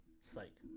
Psych